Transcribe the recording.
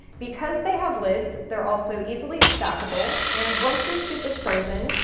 because they have lids, they're also easily stackable and once your soup is frozen,